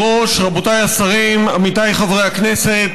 התשע"ח 2018, של חבר הכנסת